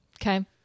Okay